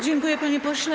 Dziękuję, panie pośle.